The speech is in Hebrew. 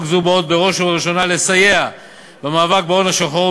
זו באות בראש ובראשונה לסייע במאבק בהון השחור,